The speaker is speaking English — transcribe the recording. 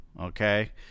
Okay